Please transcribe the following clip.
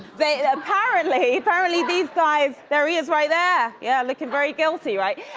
they apparently, apparently these guys, there he is right there. yeah, looking very guilty, right?